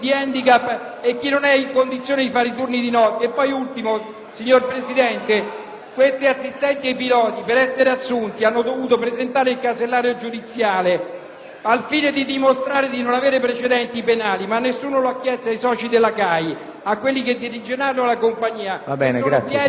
questi assistenti e questi piloti, per essere assunti, hanno dovuto presentare il certificato del casellario giudiziale al fine di dimostrare di non avere precedenti penali, ma nessuno lo ha chiesto ai soci della CAI, a quelli che dirigeranno la compagnia, il cui casellario giudiziale è pieno di truffe allo Stato. È questo che dobbiamo denunciare!